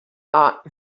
got